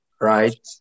Right